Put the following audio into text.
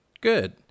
good